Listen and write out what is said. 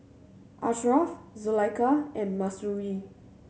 Ashraf Zulaikha and Mahsuri